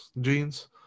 jeans